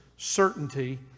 certainty